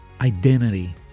identity